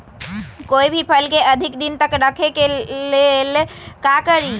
कोई भी फल के अधिक दिन तक रखे के ले ल का करी?